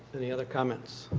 any other comments?